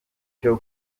cyo